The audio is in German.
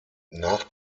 nach